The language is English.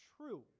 true